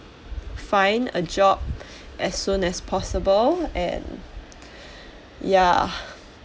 find a job as soon as possible and ya